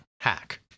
Hack